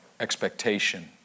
expectation